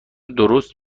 درست